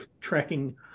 tracking